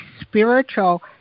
spiritual